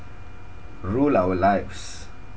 rule our lives